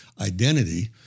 identity